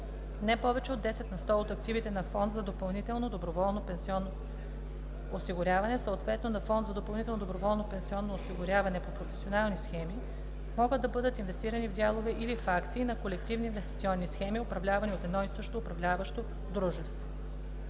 Не повече от 10 на сто от активите на фонд за допълнително доброволно пенсионно осигуряване, съответно на фонд за допълнително доброволно пенсионно осигуряване по професионални схеми, могат да бъдат инвестирани в дялове или в акции на колективни инвестиционни схеми, управлявани от едно и също управляващо дружество.“